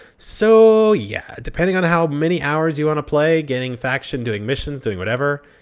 so, yeah, depending on how many hours you want to play, getting faction, doing missions, doing whatever,